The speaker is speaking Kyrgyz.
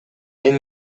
мен